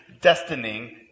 destining